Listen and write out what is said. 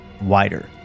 Wider